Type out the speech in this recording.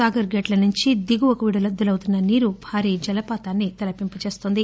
సాగర్ గేట్ల నుంచి దిగువకు విడుదలవుతున్న నీరు భారీ జలపాతాన్ని తలపింపజేస్తోంది